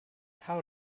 how